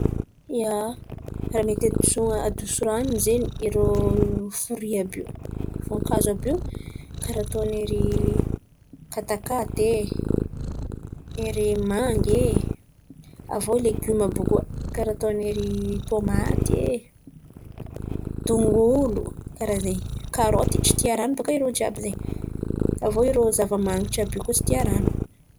ia, raha mety adoso ranon̈y zen̈y, irô frioi àby io, vônkazo àby io karà ataon̈'ery katakata e, ery manga e. Avô legioma àby io koà karà ataon̈y ery tômaty e, dongolo karà zen̈y, karôty, tsy tia, ran̈o bôkà i raha jiàby zen̈y. Avô irô zava-manitry àby io koa tsy tia, rano.